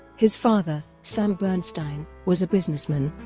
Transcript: his father, sam bernstein, was a businessman